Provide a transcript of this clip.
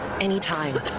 anytime